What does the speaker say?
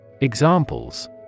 Examples